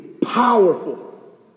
Powerful